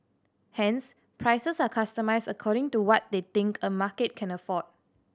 hence prices are customised according to what they think a market can afford